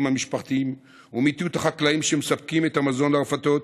המשפחתיים ומיטוט החקלאים שמספקים את המזון לרפתות,